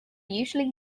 usually